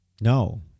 no